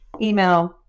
email